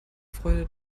freude